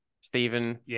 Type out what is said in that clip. stephen